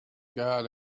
guard